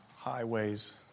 Highways